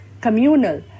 communal